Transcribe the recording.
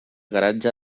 garatge